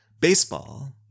baseball